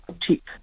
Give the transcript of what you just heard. cheap